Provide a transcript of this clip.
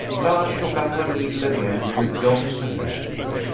blanche took up her needle again, with dogged submission.